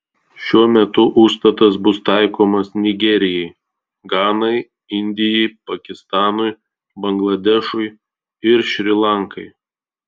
šiuo metu užstatas bus taikomas nigerijai ganai indijai pakistanui bangladešui ir šri lankai